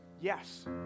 yes